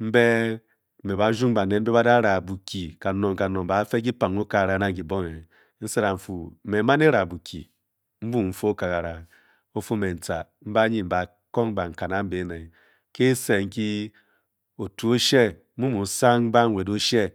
mbe-e mbe ba ruag baned mbe ba da ra Bokyi kanong kanong ba fe kipang okagara nang kibonghe, n-sed a-fuu me mman e-ra Bokyi mbu n-fe okagara, o-fu me n-tca mbe anyin mbe ba kor mbankan a-mbe ere ke ese nki otu oshe mu mo osang banwed oshe.